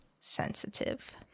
sensitive